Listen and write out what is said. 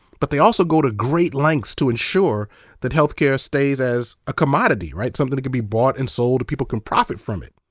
but they also go to great lengths to insure that health care stays as a commodity, right, something that can be bought and sold, people can profit from it.